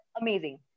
amazing